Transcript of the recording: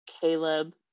Caleb